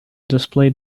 display